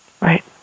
Right